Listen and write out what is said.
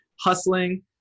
hustling